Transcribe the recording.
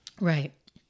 Right